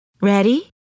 Ready